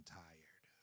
tired